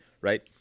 right